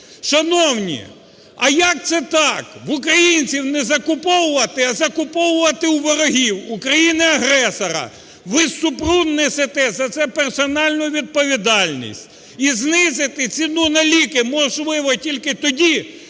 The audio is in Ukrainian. Шановні, а як це так в українців не закуповувати, а закуповувати у ворогів, у країни-агресора? Ви з Супрун несете за це персональну відповідальність. І знизити ціну на ліки можливо тільки тоді,